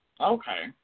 Okay